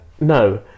No